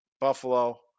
Buffalo